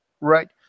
right